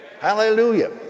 Hallelujah